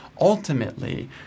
ultimately